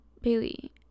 Bailey